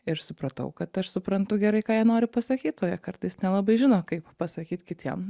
ir supratau kad aš suprantu gerai ką jie nori pasakyt o jie kartais nelabai žino kaip pasakyt kitiem